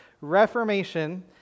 Reformation